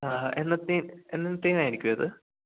ആ എന്നത്തേക്കായിരിക്കും അത്